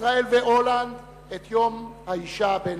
ישראל והולנד, את יום האשה הבין-לאומי.